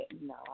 No